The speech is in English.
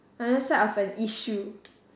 another side of an issue